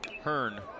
Hearn